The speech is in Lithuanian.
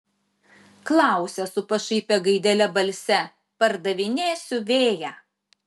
klausia su pašaipia gaidele balse pardavinėsiu vėją